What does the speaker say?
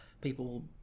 people